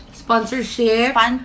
sponsorship